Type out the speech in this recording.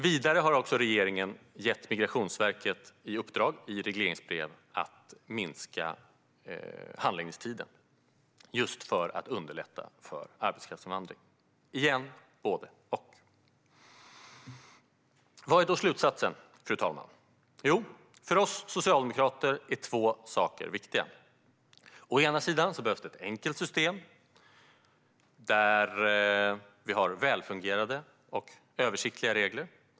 Vidare har regeringen i regleringsbrev gett Migrationsverket i uppdrag att minska handläggningstiden just för att underlätta för arbetskraftsinvandring. Det är igen både och. Fru talman! Vad är då slutsatsen? För oss socialdemokrater är två saker viktiga. Å ena sidan behövs det ett enkelt system där vi har välfungerande och översiktliga regler.